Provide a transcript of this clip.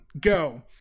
go